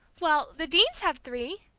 well, the deanes have three!